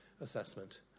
assessment